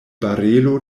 barelo